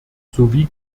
sowie